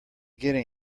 getting